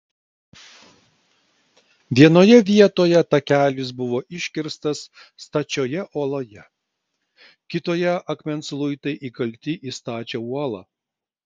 vienoje vietoje takelis buvo iškirstas stačioje uoloje kitoje akmens luitai įkalti į stačią uolą